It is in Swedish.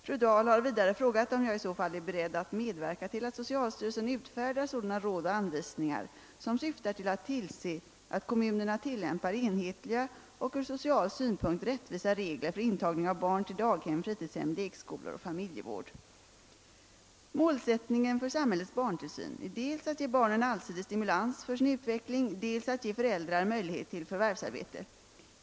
Fru Dahl har vidare frågat om jag i så fall är beredd att medverka till att socialstyrelsen utfärdar sådana råd och anvisningar som syftar till att tillse att kommunerna tillämpar enhetliga och ur social synpunkt rättvisa regler för intagning av barn till daghem, fritidshem, lekskolor och familjevård. - Målsättningen för samhällets barntillsyn är dels att ge barnen allsidig stimulans för sin utveckling, dels att ge föräldrar möjlighet till förvärvsarbete.